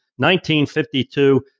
1952